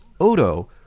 Odo